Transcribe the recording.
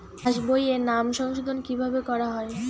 পাশ বইয়ে নাম সংশোধন কিভাবে করা হয়?